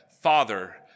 father